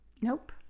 Nope